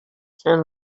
ten